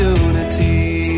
unity